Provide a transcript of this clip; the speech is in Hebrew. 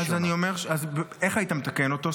אז איך היית מתקן אותו?